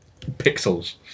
Pixels